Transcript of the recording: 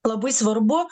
labai svarbu